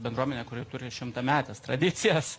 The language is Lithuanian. bendruomenę kuri turi šimtametes tradicijas